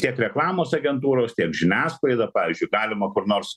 tiek reklamos agentūros tiek žiniasklaida pavyzdžiui galima kur nors